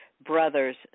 brothers